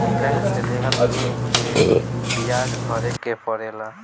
bank से लेहल ऋण पे बियाज भरे के पड़ेला